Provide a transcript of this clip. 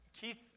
Keith